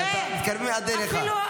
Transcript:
כי מתקרבים עד אליך.